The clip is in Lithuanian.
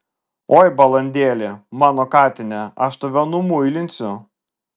oi balandėli mano katine aš tave numuilinsiu